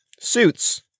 suits